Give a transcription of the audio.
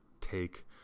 take